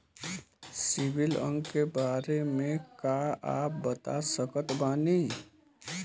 CIBIL अंक के बारे मे का आप बता सकत बानी?